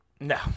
No